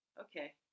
Okay